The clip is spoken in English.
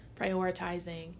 prioritizing